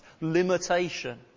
limitation